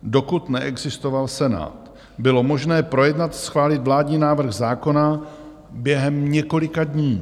Dokud neexistoval Senát, bylo možné projednat, schválit vládní návrh zákona během několika dní.